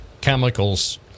chemicals